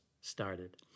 started